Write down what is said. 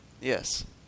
Yes